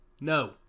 No